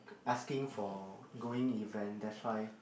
asking for going event that's why